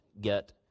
get